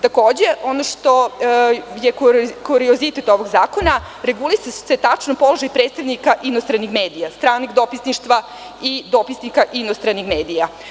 Takođe, ono što je kuriozitet ovog zakona, regulisaće se tačno položaj predstavnika inostranih medija, stranih dopisništva i dopisnika inostranih medija.